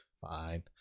fine